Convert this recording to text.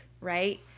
right